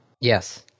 Yes